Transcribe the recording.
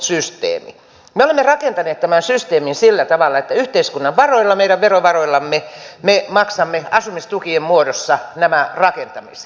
me olemme rakentaneet tämän systeemin sillä tavalla että yhteiskunnan varoilla meidän verovaroillamme me maksamme asumistukien muodossa nämä rakentamiset